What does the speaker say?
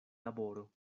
laboro